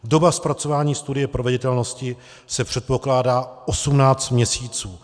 Doba zpracování studie proveditelnosti se předpokládá 18 měsíců.